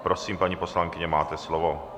Prosím, paní poslankyně, máte slovo.